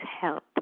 help